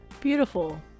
Beautiful